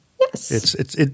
Yes